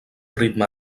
ritme